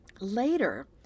Later